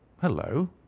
hello